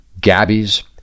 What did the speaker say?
Gabby's